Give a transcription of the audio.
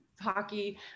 hockey